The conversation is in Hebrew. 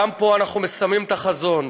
גם פה אנחנו מסמנים את החזון,